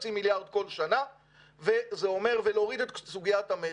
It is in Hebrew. חצי מיליארד כל שנה ולהוריד את סוגיית המצ'ינג.